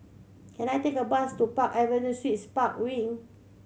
can I take a bus to Park Avenue Suites Park Wing